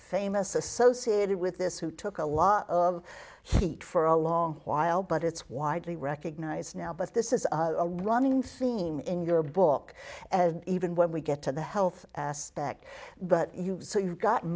famous associated with this who took a lot of heat for a long while but it's widely recognized now but this is a running theme in your book even when we get to the health aspect but so you've got